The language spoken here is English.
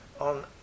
on